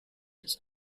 des